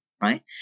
right